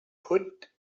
put